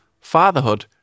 fatherhood